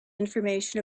information